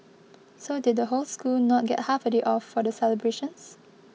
so did the whole school not get half day off for the celebrations